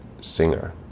singer